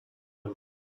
him